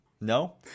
No